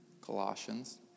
Colossians